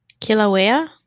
Kilauea